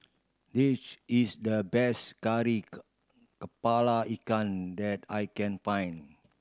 this is the best kari kepala ikan that I can find